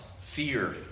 fear